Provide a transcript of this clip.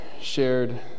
shared